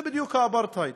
זה בדיוק אפרטהייד.